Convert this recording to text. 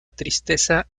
tristeza